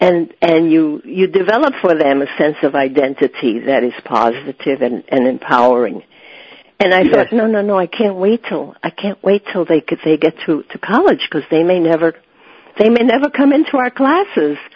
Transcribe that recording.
and and you you develop for them a sense of identity that is positive and empowering and i said no no no i can't wait till i can't wait till they could say get to college because they may never they may never come into our classes